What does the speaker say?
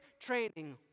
training